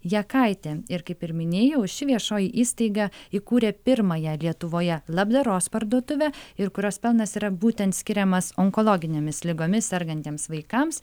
jakaitė ir kaip ir minėjau ši viešoji įstaiga įkūrė pirmąją lietuvoje labdaros parduotuvę ir kurios pelnas yra būtent skiriamas onkologinėmis ligomis sergantiems vaikams